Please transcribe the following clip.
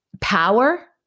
power